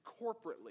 corporately